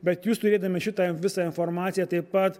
bet jūs turėdami šitą visą informaciją taip pat